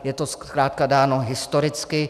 Je to zkrátka dáno historicky.